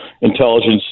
intelligence